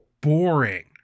boring